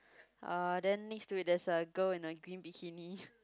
uh then next to it there's a girl in a green bikini